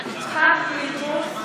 קרא, קרא.